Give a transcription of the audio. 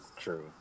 true